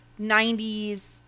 90s